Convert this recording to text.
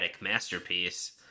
masterpiece